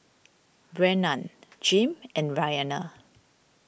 Brennan Jim and Rianna